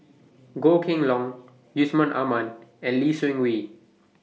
Goh Kheng Long Yusman Aman and Lee Seng Wee